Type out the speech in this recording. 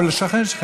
הוא שכן שלך.